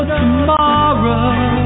tomorrow